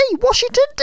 Washington